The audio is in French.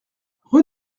rue